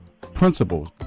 principles